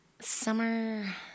summer